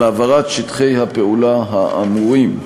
על העברת שטחי הפעולה האמורים.